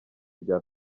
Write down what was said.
bya